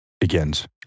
begins